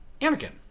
Anakin